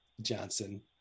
Johnson